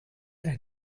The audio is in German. ein